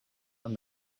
and